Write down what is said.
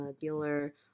dealer